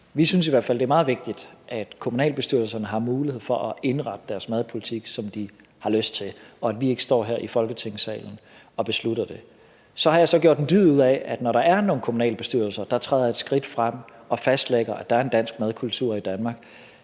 fald, at det er meget vigtigt, at kommunalbestyrelserne har mulighed for at indrette deres madpolitik, som de har lyst til – og at vi ikke står her i Folketingssalen og beslutter det. Så har jeg så gjort en dyd ud af, at når der er nogle kommunalbestyrelser, der træder et skridt frem og fastlægger, at der er en dansk madkultur i Danmark,